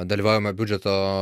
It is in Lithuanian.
dalyvaujamojo biudžeto